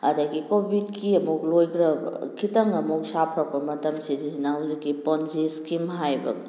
ꯑꯗꯒꯤ ꯀꯣꯚꯤꯗꯀꯤ ꯑꯃꯨꯛ ꯂꯣꯏꯈ꯭ꯔꯒ ꯈꯤꯇꯪ ꯑꯃꯨꯛ ꯁꯐꯥꯔꯛꯄ ꯃꯇꯝ ꯁꯤꯁꯤꯁꯤꯅ ꯍꯧꯖꯤꯛꯀꯤ ꯄꯣꯟꯖꯤ ꯏꯁꯀꯤꯝ ꯍꯥꯏꯕ